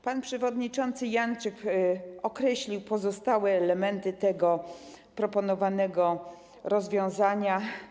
Pan przewodniczący Janczyk określił pozostałe elementy tego proponowanego rozwiązania.